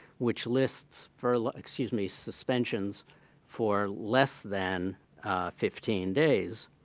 which lists furlough excuse me, suspensions for less than fifteen days,